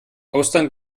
austern